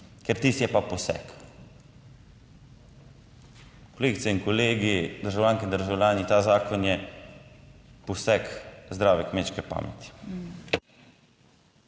ker tisti je pa poseg. Kolegice in kolegi, državljanke in državljani, ta zakon je poseg zdrave kmečke pameti.